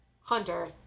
Hunter